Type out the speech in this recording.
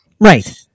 Right